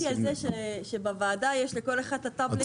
אז בשביל מה רפורמת הקורנפלקס,